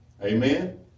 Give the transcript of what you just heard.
Amen